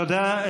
תודה.